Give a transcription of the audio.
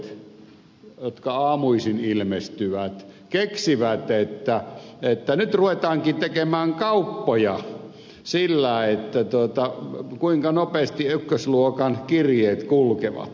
sanomalehdet jotka aamuisin ilmestyvät keksivät että nyt ruvetaankin tekemään kauppoja sillä kuinka nopeasti ykkösluokan kirjeet kulkevat